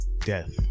death